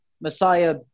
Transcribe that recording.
Messiah